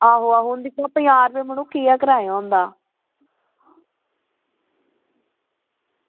आहो आहो दिक्खो आं मड़ो पंजाह् रपे केह् किराया होंदा